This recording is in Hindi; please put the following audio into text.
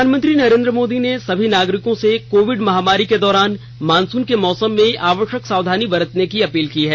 प्रधानमंत्री नरेंद्र मोदी ने सभी नागरिकों से कोविड महामारी के दौरान मानसून के मौसम में आवश्यक सावधानी बरतने की अपील की है